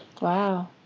Wow